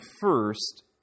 first